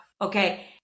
Okay